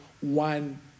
one